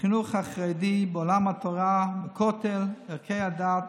החינוך החרדי, עולם התורה, הכותל, ערכי הדת